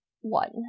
one